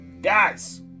Guys